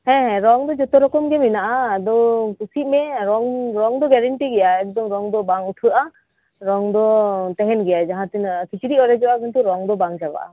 ᱦᱮᱸ ᱦᱮᱸ ᱨᱚᱝ ᱫᱚ ᱡᱚᱛᱚ ᱨᱚᱠᱚᱢ ᱜᱮ ᱢᱮᱱᱟᱜᱼᱟ ᱟᱫᱚ ᱠᱩᱥᱤᱜ ᱢᱮ ᱨᱚᱝ ᱨᱚᱝ ᱫᱚ ᱜᱮᱨᱮᱱᱴᱤ ᱜᱮᱭᱟ ᱮᱠᱫᱚᱢ ᱨᱚᱝ ᱫᱚ ᱵᱟᱝ ᱩᱴᱷᱟᱹᱜᱼᱟ ᱨᱚᱝ ᱫᱚ ᱛᱟᱦᱮᱸᱱ ᱜᱮᱭᱟ ᱡᱟᱦᱟᱸ ᱛᱤᱱᱟᱹᱜ ᱠᱤᱪᱨᱤᱜ ᱚᱲᱮᱡᱚᱜᱼᱟ ᱠᱤᱱᱛᱩ ᱨᱚᱝ ᱫᱚ ᱵᱟᱝ ᱪᱟᱵᱟᱜᱼᱟ